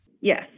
Yes